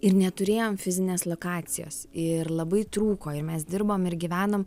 ir neturėjom fizinės lokacijos ir labai trūko ir mes dirbom ir gyvenom